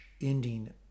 ending